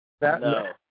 No